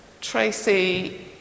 Tracy